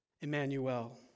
Emmanuel